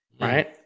right